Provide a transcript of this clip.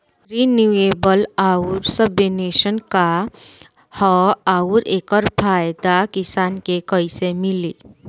Renewable आउर subvention का ह आउर एकर फायदा किसान के कइसे मिली?